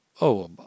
Oh